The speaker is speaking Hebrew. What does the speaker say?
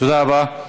תודה רבה.